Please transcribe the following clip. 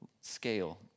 scale